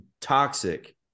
toxic